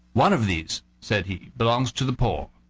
one of these, said he, belongs to the poor,